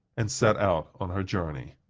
and set out on her journey.